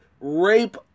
rape